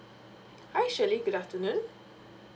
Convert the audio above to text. hi shirley good afternoon